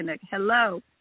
Hello